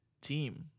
team